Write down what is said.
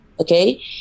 Okay